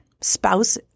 spouse